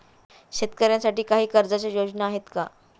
शेतकऱ्यांसाठी काही कर्जाच्या योजना आहेत का?